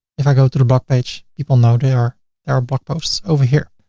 if i go to the blog page, people know there are blog posts over here.